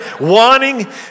wanting